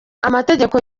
amategeko